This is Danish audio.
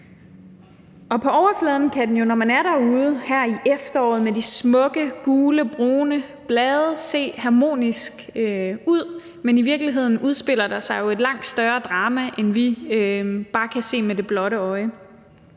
På overfladen kan naturen, når man er derude her i efteråret med de smukke gule og brune blade, se harmonisk ud, men i virkeligheden udspiller der sig jo et langt større drama, end vi kan se med det blotte øje.